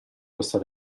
questa